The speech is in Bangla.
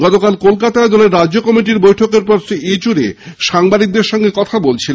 গতকাল কলকাতায় দলের রাজ্য কমিটির বৈঠকের পর শ্রী ইয়েচুরি সাংবাদিকদের সঙ্গে কথা বলছিলেন